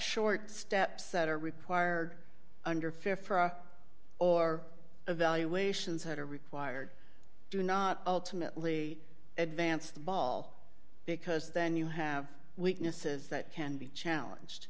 short steps that are required under fair for or evaluations that are required do not ultimately advance the ball because then you have weaknesses that can be challenged